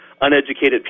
uneducated